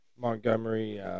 Montgomery